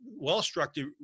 well-structured